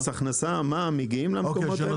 מס הכנסה ומע"מ מגיעים למקומות האלה?